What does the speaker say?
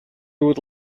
would